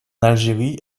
algérie